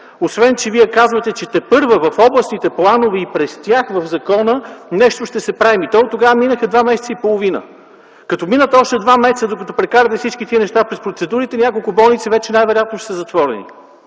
освен че Вие казвате, че тепърва в областните планове и през тях в закона нещо ще се прави. То оттогава минаха 2 месеца и половина. Като минат още 2 месеца, докато прекарате всички тези неща през процедурите, няколко болници вече най-вероятно ще са затворени.